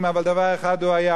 אבל דבר אחד הוא היה,